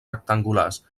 rectangulars